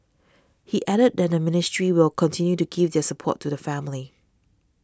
he added that the ministry will continue to give their support to the family